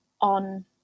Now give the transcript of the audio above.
on